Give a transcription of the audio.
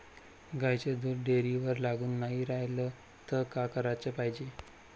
गाईचं दूध डेअरीवर लागून नाई रायलं त का कराच पायजे?